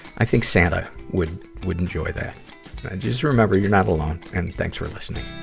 i think santa would, would enjoy that. and just remember you're not alone. and thanks for listening.